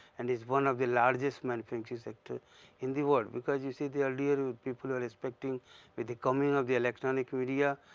and it is one of the largest manufacturing sectors in the world, because you see the earlier the people were expecting with the coming of the electronic media.